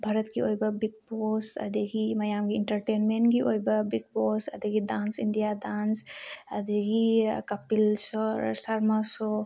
ꯚꯥꯔꯠꯀꯤ ꯑꯣꯏꯕ big boss ꯑꯗꯨꯗꯒꯤ ꯃꯌꯥꯝꯒꯤ ꯏꯟꯇꯔꯇꯦꯟꯃꯦꯟꯒꯤ ꯑꯣꯏꯕ ꯕꯤꯛ ꯕꯣ ꯑꯗꯨꯗꯒꯤ ꯗꯥꯟꯁ ꯏꯟꯗꯤꯌꯥ ꯗꯥꯟꯁ ꯑꯗꯨꯗꯒꯤ ꯀꯥꯄꯤꯜ ꯁꯔꯃꯥ ꯁꯣ